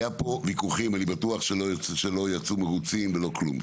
היה פה ויכוחים אני בטוח שלא יצאו מרוצים ולא כלום,